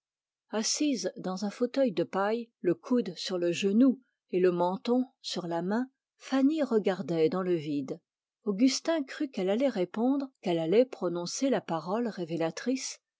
assise dans un fauteuil de paille le coude sur le genou et le menton sur la main fanny regardait dans le vide augustin crut qu'elle allait répondre qu'elle allait prononcer la parole révélatrice